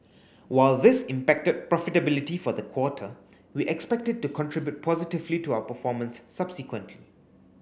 while this impacted profitability for the quarter we expect it to contribute positively to our performance subsequently